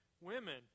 women